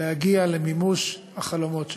להגיע למימוש החלומות שלהם.